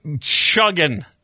chugging